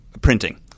printing